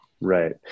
Right